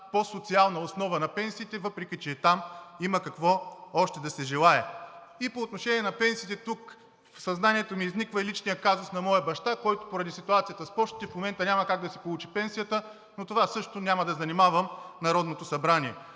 по-социална основа на пенсиите, въпреки че и там има какво още да се желае. И по отношение на пенсиите тук в съзнанието ми изниква и личният казус на моя баща, който поради ситуацията с пощите в момента няма как да си получи пенсията, но с това също няма да занимавам Народното събрание.